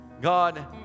God